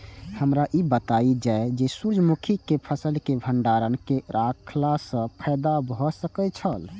हमरा ई बतायल जाए जे सूर्य मुखी केय फसल केय भंडारण केय के रखला सं फायदा भ सकेय छल?